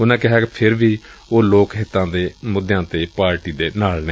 ਉਨਾਂ ਕਿਹਾ ਕਿ ਫਿਰ ਵੀ ਲੋਕ ਹਿੱਤਾਂ ਦੇ ਮਾਮਲਿਆਂ ਉਹ ਪਾਰਟੀ ਦੇ ਨਾਲ ਨੇ